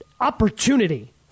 opportunity